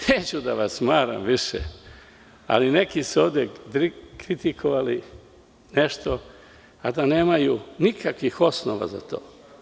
Neću da vas smaram više, ali su neki ovde kritikovali nešto a da nemaju nikakvih osnova za to.